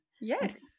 Yes